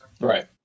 right